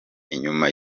inyuma